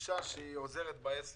ההנחה הייתה שזה הולך לשגרה של מענקים